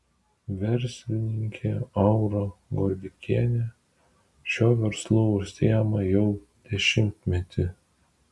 verslininkė aura gorbikienė šiuo verslu užsiima jau dešimtmetį